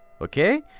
Okay